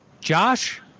Josh